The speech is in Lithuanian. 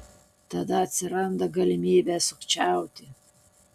tada atsiranda galimybė sukčiauti